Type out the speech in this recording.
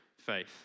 faith